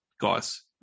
guys